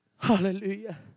Hallelujah